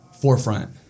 forefront